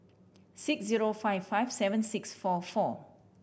six zero five five seven six four four